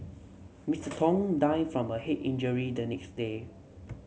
Mister Tong died from a head injury the next day